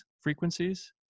frequencies